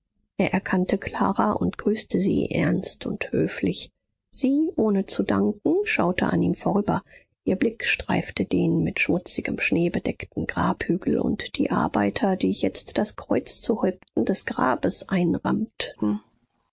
er erkannte clara und grüßte sie ernst und höflich sie ohne zu danken schaute an ihm vorüber ihr blick streifte den mit schmutzigem schnee bedeckten grabhügel und die arbeiter die jetzt das kreuz zu häupten des grabes einrammten